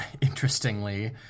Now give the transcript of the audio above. interestingly